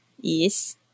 Yes